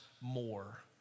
more